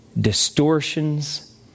distortions